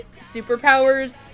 superpowers